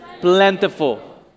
plentiful